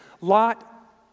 Lot